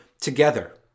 together